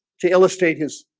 to illustrate his